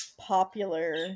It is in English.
popular